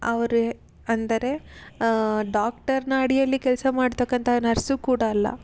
ಅವರೆ ಅಂದರೆ ಡಾಕ್ಟರಿನ ಅಡಿಯಲ್ಲಿ ಕೆಲಸ ಮಾಡ್ತಕ್ಕಂತಹ ನರ್ಸು ಕೂಡ ಅಲ್ಲ